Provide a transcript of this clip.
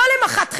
לא למח"ט חברון,